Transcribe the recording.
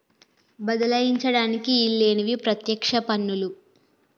బదలాయించడానికి ఈల్లేనివి పత్యక్ష పన్నులు